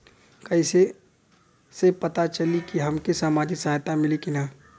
कइसे से पता चली की हमके सामाजिक सहायता मिली की ना?